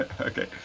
okay